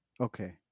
Okay